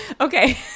Okay